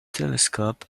telescope